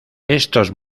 estos